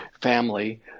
family